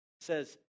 says